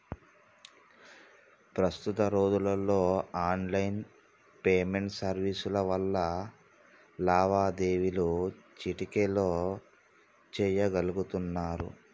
ప్రస్తుత రోజుల్లో online payment సర్వీసుల వల్ల లావాదేవీలు చిటికెలో చెయ్యగలుతున్నరు